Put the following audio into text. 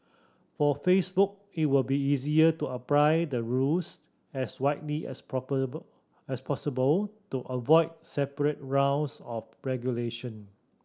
for Facebook it will be easier to apply the rules as widely as as possible to avoid separate rounds of regulation